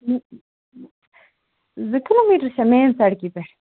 زٕ kilometre چھا main سڑکہِ پٮ۪ٹھ